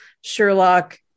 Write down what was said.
Sherlock